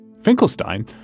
Finkelstein